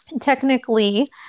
technically